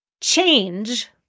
change